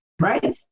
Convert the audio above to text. right